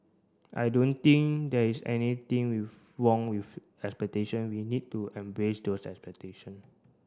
I don't think there is anything wrong with expectation we need to embrace those expectation